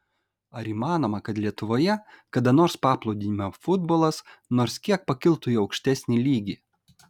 ar įmanoma kad lietuvoje kada nors paplūdimio futbolas nors kiek pakiltų į aukštesnį lygį